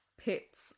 pits